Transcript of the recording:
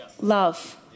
love